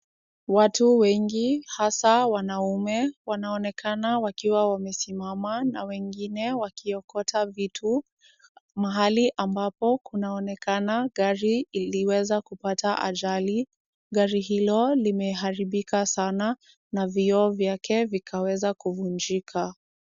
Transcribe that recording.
Watu wengi hasa wanaume, wanaonekana wakiwa wamesimama na wengine wakiokota vitu, mahali ambapo kunaonekana gari iliweza kupata ajali. Gari hilo limeharibika sana, na vyoo vyake vikaweza kuvunjika.